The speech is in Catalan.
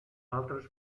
altes